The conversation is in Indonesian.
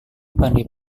pandai